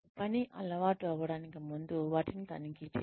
పని అలవాటు అవ్వడానికి ముందు వాటిని తనిఖీ చేయండి